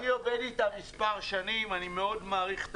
אני עובד איתה מספר שנים ואני מאוד מעריך את